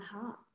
heart